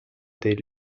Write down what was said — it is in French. des